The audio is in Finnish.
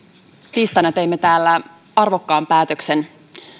tiistaina teimme täällä arvokkaan päätöksen